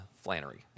Flannery